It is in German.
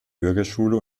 bürgerschule